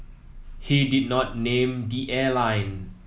he did not name the airline